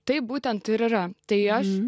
taip būtent ir yra tai aš